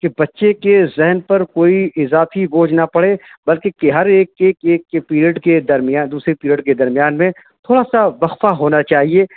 کہ بچے کے ذہن پر کوئی اضافی بوجھ نہ پڑے بلکہ کہ ہر ایک ایک ایک کے پیریڈ کے درمیان دوسرے پیریڈ کے درمیان میں تھوڑا سا وقفہ ہونا چاہیے